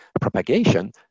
propagation